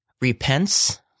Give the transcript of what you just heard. repents